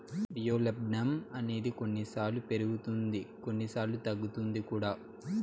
ద్రవ్యోల్బణం అనేది కొన్నిసార్లు పెరుగుతుంది కొన్నిసార్లు తగ్గుతుంది కూడా